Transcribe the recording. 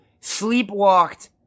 sleepwalked